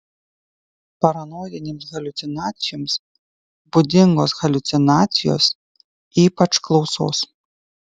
paranoidinėms haliucinacijoms būdingos haliucinacijos ypač klausos